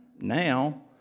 Now